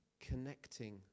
connecting